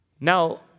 Now